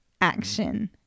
action